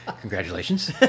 Congratulations